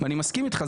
אני מסכים אתך,